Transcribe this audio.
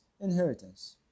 inheritance